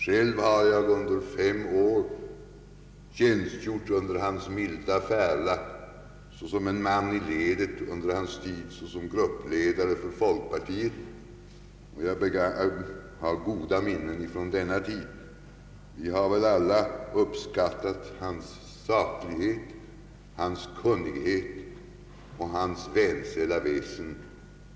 Själv har jag under fem år tjänstgjort under hans milda färla såsom en man i ledet under hans tid som gruppledare för folkpartiet, och jag har goda minnen från denna tid. Vi har väl alla uppskattat hans saklighet, hans kunnighet och hans vänsälla väsen.